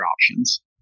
options